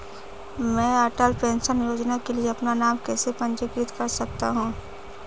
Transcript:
मैं अटल पेंशन योजना के लिए अपना नाम कैसे पंजीकृत कर सकता हूं?